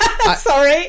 Sorry